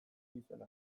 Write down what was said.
goitizena